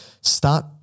start